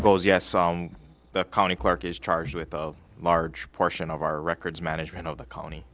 goes yes the county clerk is charged with a large portion of our records management of the county